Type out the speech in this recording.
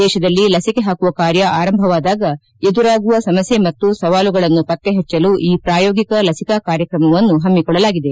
ದೇಶದಲ್ಲಿ ಲಸಿಕೆ ಹಾಕುವ ಕಾರ್ಯ ಆರಂಭವಾದಾಗ ಎದುರಾಗುವ ಸಮಸ್ಕೆ ಮತ್ತು ಸವಾಲುಗಳನ್ನು ಪತ್ತೆ ಪಚ್ಚಲು ಈ ಪ್ರಾಯೋಗಿಕ ಲಸಿಕಾ ಕಾರ್ಯಕ್ರಮವನ್ನು ಹಮ್ಮಿಕೊಳ್ಳಲಾಗಿದೆ